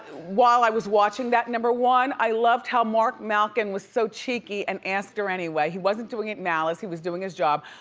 while i was watching that. number one, i loved how marc malkin was so cheeky and asked her anyway. he wasn't doing it malice, he was doing his job.